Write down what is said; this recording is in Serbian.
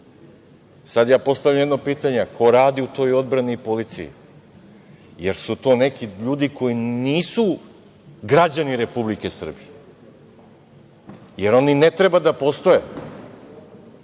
Sad ja postavljam jedno pitanje – a ko radi u toj odbrani i policiji? Jel su to neki ljudi koji nisu građani Republike Srbije? Jel oni ne treba da postoje?